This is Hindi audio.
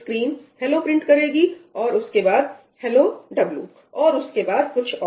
स्क्रीन हेलो 'hello' प्रिंट करेगी और उसके बाद 'hello w' और उसके बाद कुछ और